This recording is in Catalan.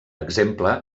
exemple